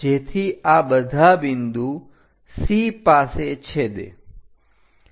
જેથી આ બધા બિંદુ C પાસે છેદે